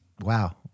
wow